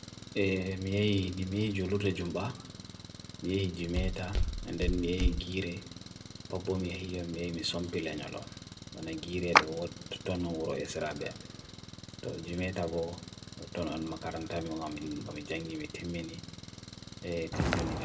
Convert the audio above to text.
Eee, miye hii, ni miye hii jo lute jumba, miye hii jimeta, and then miye hii gire, papo miye hii yo miye hii sumpile nyalon, bana gire doot, totono uro yesirabem, to jimeta bo, totono nma karan tabi mo nga mii jangi me temeni, eee kanjo nika.